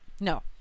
No